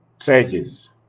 treasures